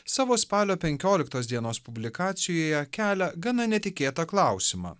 savo spalio penkioliktos dienos publikacijoje kelia gana netikėtą klausimą